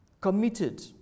committed